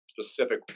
specific